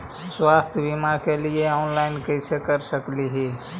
स्वास्थ्य बीमा के लिए ऑनलाइन कैसे कर सकली ही?